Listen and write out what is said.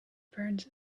burns